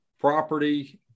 property